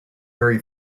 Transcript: very